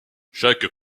chaque